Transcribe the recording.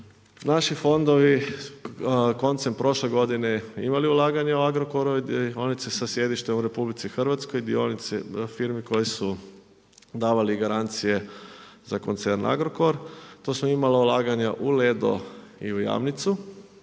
Naši fondovi koncem prošle godine su imali ulaganja u Agrokoru i dionice sa sjedištem u RH, dionice firmi koje su davali garancije za koncern Agrokor. Tu smo imali ulaganja u Ledo i u Jamnicu